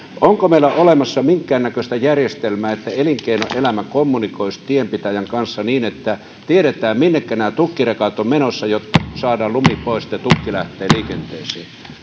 onko meillä olemassa minkäännäköistä järjestelmää että elinkeinoelämä kommunikoisi tienpitäjän kanssa niin että tiedetään minnekä tukkirekat ovat menossa jotta saadaan lumi pois ennen kuin tukki lähtee liikenteeseen